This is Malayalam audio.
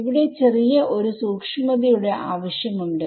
ഇവിടെ ചെറിയ ഒരു സൂക്ഷ്മത യുടെ ആവശ്യമുണ്ട്